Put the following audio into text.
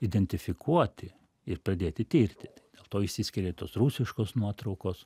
identifikuoti ir pradėti tirti dėl to išsiskiria tos rusiškos nuotraukos